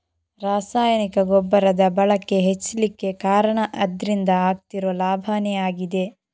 ರಾಸಾಯನಿಕ ಗೊಬ್ಬರದ ಬಳಕೆ ಹೆಚ್ಲಿಕ್ಕೆ ಕಾರಣ ಅದ್ರಿಂದ ಆಗ್ತಿರೋ ಲಾಭಾನೇ ಆಗಿದೆ